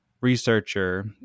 researcher